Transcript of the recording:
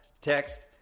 text